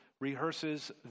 rehearses